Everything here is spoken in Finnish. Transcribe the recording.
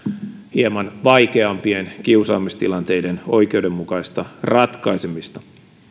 hieman vaikeampien kiusaamistilanteiden oikeudenmukaista ratkaisemista